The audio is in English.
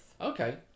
Okay